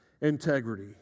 integrity